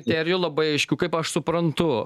terijų labai aiškių kaip aš suprantu